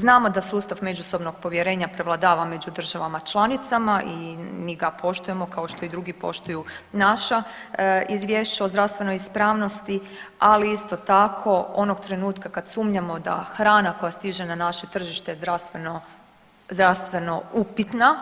Znamo da sustav međusobnog povjerenja prevladava među državama članicama i mi ga poštujemo kao što i drugi poštuju naša izvješća o zdravstvenoj ispravnosti, ali isto tako onog trenutka kad sumnjamo da hrana koja stiže na naše tržište je zdravstveno, zdravstveno upitna